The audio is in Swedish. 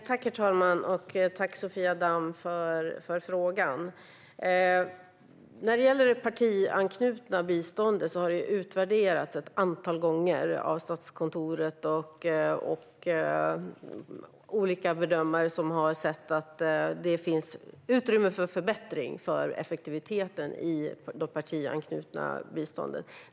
Herr talman! Tack, Sofia Damm, för frågan! Det partianknutna biståndet har utvärderats ett antal gånger av Statskontoret och olika bedömare som har sett att det finns utrymme för förbättring av effektiviteten i det partianknutna biståndet.